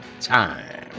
time